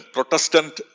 Protestant